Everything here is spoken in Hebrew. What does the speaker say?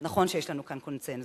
נכון שיש לנו כאן קונסנזוס,